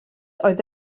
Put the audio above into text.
oedd